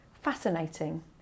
Fascinating